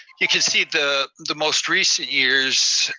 you can see the the most recent years,